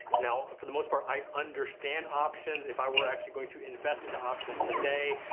now, for the most part, i understand options. if i were actually going to invest into options today,